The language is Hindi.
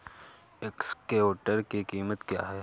एक्सकेवेटर की कीमत क्या है?